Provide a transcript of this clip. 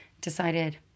decided